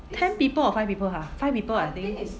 ten people or five people ha five people I think